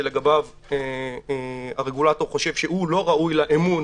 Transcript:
שלגביו הרגולטור חושב שהוא לא ראוי לאמון